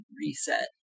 Reset